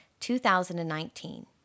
2019